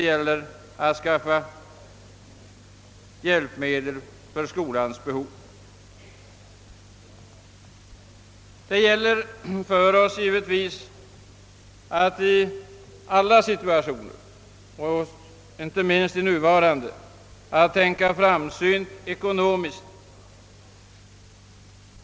Givetvis gäller det för oss att i alla situationer — inte minst i den nuvarande — tänka framsynt ekonomiskt.